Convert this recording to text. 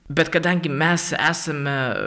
bet kadangi mes esame